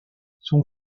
son